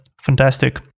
fantastic